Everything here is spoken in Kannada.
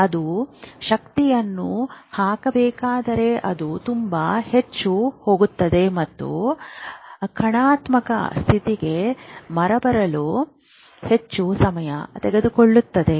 ಅದು ಶಕ್ತಿ ಮತ್ತು ಶಕ್ತಿಯನ್ನು ಹಾಕಬೇಕಾದರೆ ಅದು ತುಂಬಾ ಹೆಚ್ಚು ಹೋಗುತ್ತದೆ ಮತ್ತು ಋಣಾತ್ಮಕ ಸ್ಥಿತಿಗೆ ಮರಳಲು ಹೆಚ್ಚು ಸಮಯ ತೆಗೆದುಕೊಳ್ಳುತ್ತದೆ